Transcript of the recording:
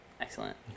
Excellent